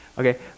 Okay